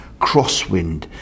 crosswind